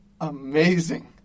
amazing